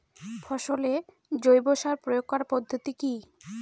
ফসলে জৈব সার প্রয়োগ করার পদ্ধতি কি?